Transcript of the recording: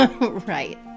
right